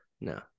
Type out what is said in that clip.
no